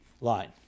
line